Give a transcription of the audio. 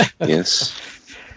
yes